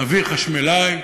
אבי חשמלאי.